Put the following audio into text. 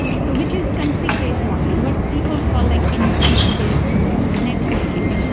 so which is config-based modeling, what people call like intent based networking.